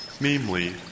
namely